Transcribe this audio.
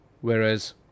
Whereas